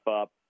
up